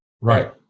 Right